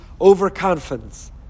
overconfidence